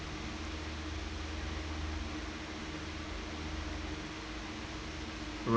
right